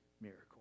miracle